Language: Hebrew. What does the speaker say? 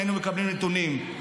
היינו מקבלים נתונים.